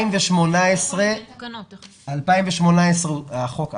ב-2018 החוק עבר.